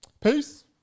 peace